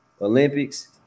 Olympics